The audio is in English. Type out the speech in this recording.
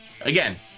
again